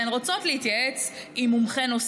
והן רוצות להתייעץ עם מומחה נוסף.